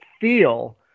feel